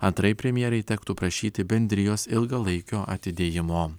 antraip premjerei tektų prašyti bendrijos ilgalaikio atidėjimo